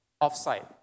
off-site